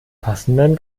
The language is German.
passenden